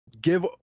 give